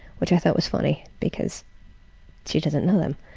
which i thought was funny because she doesn't know them.